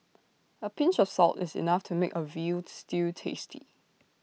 A pinch of salt is enough to make A Veal Stew tasty